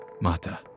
mata